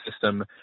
system